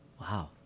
wow